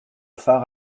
far